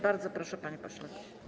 Bardzo proszę, panie pośle.